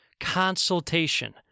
consultation